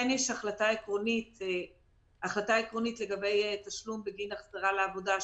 יש החלטה עקרונית לגבי תשלום בגין החזרה לעבודה,